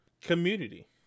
Community